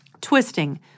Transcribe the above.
Twisting